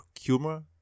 humor